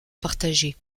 partagés